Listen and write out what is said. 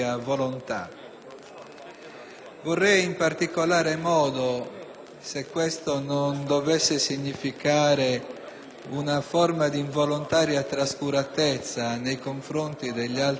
Vorrei in particolar modo, se ciò non dovesse significare una forma di involontaria trascuratezza nei confronti degli altri colleghi,